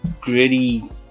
gritty